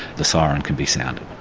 the siren can be sounded.